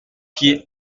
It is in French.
qui